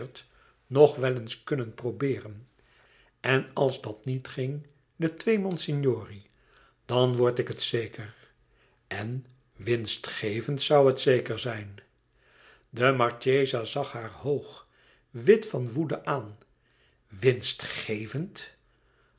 nog wel eens kunnen probeeren en als dat niet ging de twee monsignori dan word ik het zeker en winstgevend zoû het zeker zijn de marchesa zag haar hoog wit van woede aan winstgevend